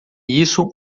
isso